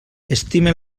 estime